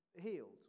healed